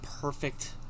perfect